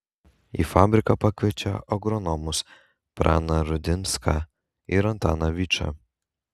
į fabriką pakviečia agronomus praną rudinską ir antaną vyčą